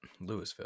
Louisville